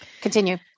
Continue